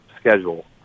schedule